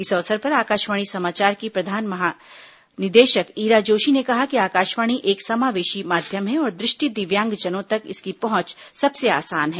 इस अवसर पर आकाशवाणी समाचार की प्रधान महानिदेशक ईरा जोशी ने कहा कि आकाशवाणी एक समावेशी माध्यम है और दृष्टि दिव्यांगजनों तक इसकी पहुंच सबसे आसान है